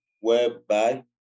whereby